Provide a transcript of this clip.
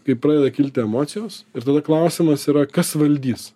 kai pradeda kilti emocijos ir tada klausimas yra kas valdys